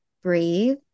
breathe